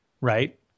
right